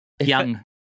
Young